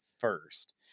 first